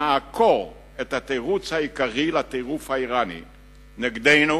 נעקור את התירוץ העיקרי לטירוף האירני נגדנו